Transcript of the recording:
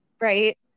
Right